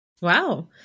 Wow